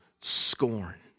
scorn